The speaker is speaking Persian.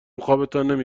خوابتان